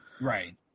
Right